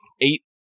eight